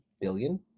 billion